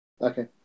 Okay